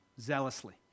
zealously